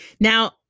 Now